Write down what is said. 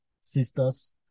sisters